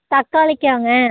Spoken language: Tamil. தக்காளிக்காங்க